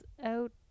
Out